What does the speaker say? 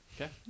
Okay